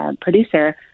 producer